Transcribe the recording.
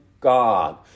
God